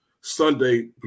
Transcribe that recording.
Sunday